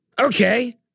Okay